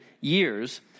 years